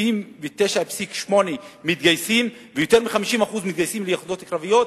79.8% מתגייסים ויותר מ-50% מתגייסים ליחידות קרביות,